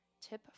Tip